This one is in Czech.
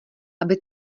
aby